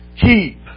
keep